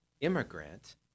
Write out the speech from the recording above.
immigrant